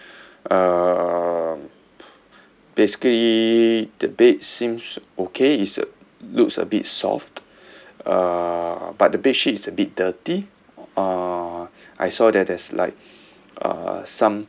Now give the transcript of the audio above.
uh basically the bed seems okay it's a looks a bit soft uh but the bedsheet is a bit dirty uh I saw that there's like uh some